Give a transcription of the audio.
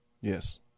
Yes